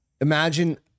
Imagine